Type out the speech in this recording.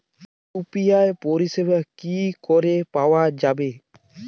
UPI পরিষেবা কি করে পাওয়া যাবে?